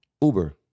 uber